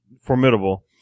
formidable